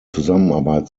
zusammenarbeit